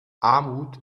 armut